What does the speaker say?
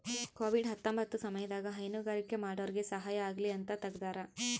Covid ಹತ್ತೊಂಬತ್ತ ಸಮಯದಾಗ ಹೈನುಗಾರಿಕೆ ಮಾಡೋರ್ಗೆ ಸಹಾಯ ಆಗಲಿ ಅಂತ ತೆಗ್ದಾರ